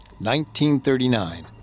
1939